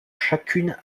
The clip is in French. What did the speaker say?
chacune